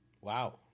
Wow